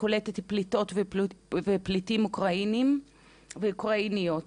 קולטת פליטות ופליטים אוקראינים ואוקראיניות.